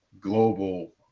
global